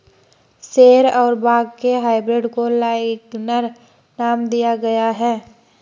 शेर और बाघ के हाइब्रिड को लाइगर नाम दिया गया है